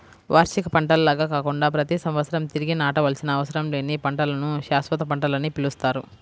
వార్షిక పంటల్లాగా కాకుండా ప్రతి సంవత్సరం తిరిగి నాటవలసిన అవసరం లేని పంటలను శాశ్వత పంటలని పిలుస్తారు